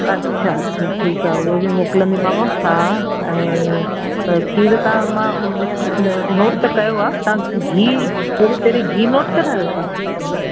अछा अछा ठीकु आहे उहे बि मोकलींदीमांव हा ऐं त खीर तव्हां नोट त कयो आहे तव्हां गिह पहिरीं पहिरीं गिह नोट करायो था